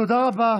תודה רבה